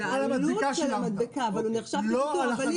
חודש